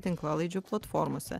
tinklalaidžių platformose